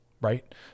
right